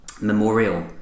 memorial